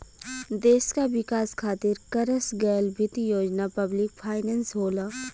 देश क विकास खातिर करस गयल वित्त योजना पब्लिक फाइनेंस होला